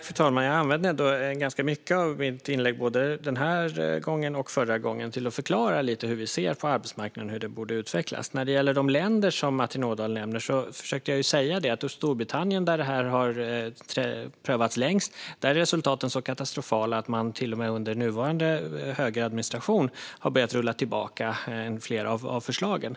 Fru talman! Jag använde ganska mycket av mitt inlägg både denna gång och förra gången till att förklara hur vi ser på arbetsmarknaden och hur den borde utvecklas. När det gäller de länder som Martin Ådahl nämnde försökte jag säga att i Storbritannien, där detta har prövats längst, är resultaten så katastrofala att man till och med under nuvarande högeradministration har börjat rulla tillbaka flera av förslagen.